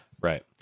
Right